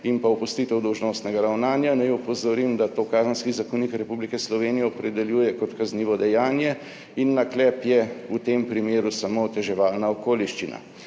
in pa opustitev dolžnostnega ravnanja, naj opozorim, da to Kazenski zakonik Republike Slovenije opredeljuje kot kaznivo dejanje in naklep je v tem primeru samo oteževalna okoliščina.